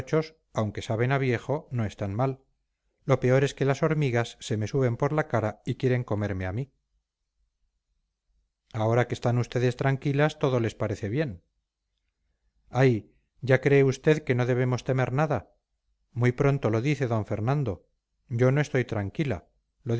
aunque saben a viejo no están mal lo peor es que las hormigas se me suben por la cara y quieren comerme a mí ahora que están ustedes tranquilas todo les sabe bien ay ya cree usted que no debemos temer nada muy pronto lo dice d fernando yo no estoy tranquila